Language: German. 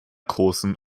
großen